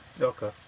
Okay